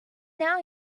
now